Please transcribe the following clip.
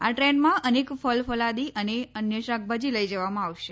આ ટ્રેનમાં અનેક ફલફલાદી અને અન્ય શાકભાજી લઈ જવામાં આવશે